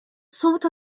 somut